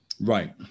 Right